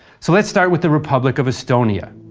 so let's start with the republic of estonia.